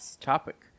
topic